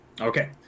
Okay